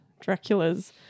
Draculas